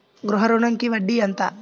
గృహ ఋణంకి వడ్డీ ఎంత?